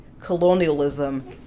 colonialism